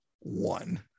one